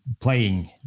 playing